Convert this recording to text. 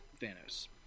Thanos